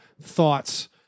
thoughts